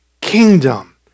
kingdom